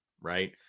right